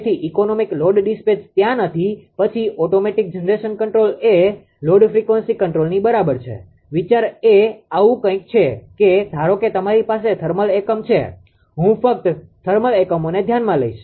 તેથી economic load dispatch ત્યાં નથી પછી ઓટોમેટીક જનરેશન કન્ટ્રોલ એ લોડ ફ્રીક્વન્સી કંટ્રોલની બરાબર છે વિચાર એ આવું કંઈક છે કે ધારો કે તમારી પાસે થર્મલ એકમ છે હું ફક્ત થર્મલ એકમોને ધ્યાનમાં લઈશ